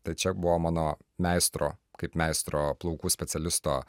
tai čia buvo mano meistro kaip meistro plaukų specialisto